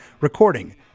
recording